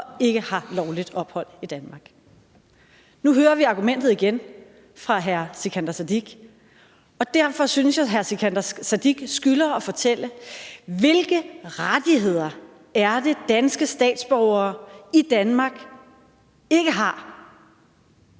og ikke har lovligt ophold i Danmark. Nu hører vi argumentet igen fra hr. Sikandar Siddique, og derfor synes jeg, at hr. Sikandar Siddique skylder at fortælle, hvilke rettigheder det er, danske statsborgere i Danmark ikke har